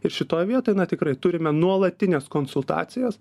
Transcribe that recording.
ir šitoj vietoj na tikrai turime nuolatines konsultacijas